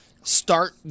start